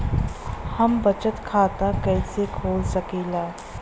हम बचत खाता कईसे खोल सकिला?